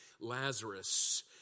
Lazarus